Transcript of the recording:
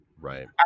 Right